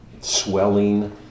swelling